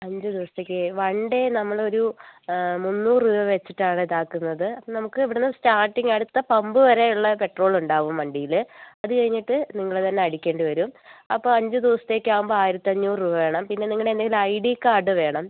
അഞ്ച് ദിവസത്തേക്ക് one day നമ്മളൊരു മുന്നൂറ് രൂപ വെച്ചിട്ടാണ് ഇതാക്കുന്നത് നമുക്ക് ഇവിടുന്ന് സ്റ്റാർട്ടിങ്ങ് അടുത്ത പമ്പ് വരെയുള്ള പെട്രോൾ ഉണ്ടാവും വണ്ടിയിൽ അതുകഴിഞ്ഞിട്ട് നിങ്ങൾ തന്നെ അടിക്കേണ്ടിവരും അപ്പോൾ അഞ്ച് ദിവസത്തേക്കാവുമ്പോൾ ആയിരത്തിയഞ്ഞൂറ് രൂപ വേണം പിന്നെ നിങ്ങളുടെ എന്തെങ്കിലും ഐ ഡി കാർഡ് വേണം